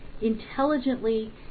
intelligently